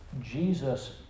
Jesus